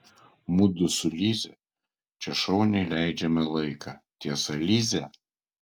mudu su lize čia šauniai leidžiame laiką tiesa lize